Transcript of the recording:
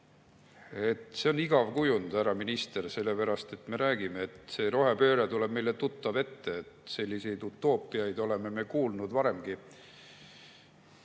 See on igav kujund, härra minister, sellepärast et me räägime, et see rohepööre tuleb meile tuttav ette. Sellistest utoopiatest oleme me kuulnud varemgi.